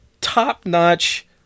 top-notch